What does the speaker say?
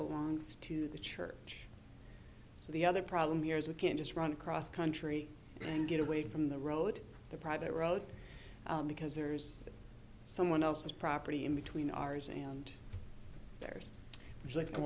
belongs to the church so the other problem here is we can't just run across country and get away from the road the private road because there's someone else's property in between ours and theirs is like